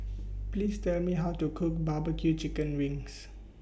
Please Tell Me How to Cook Barbecue Chicken Wings